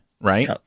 right